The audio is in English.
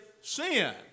sin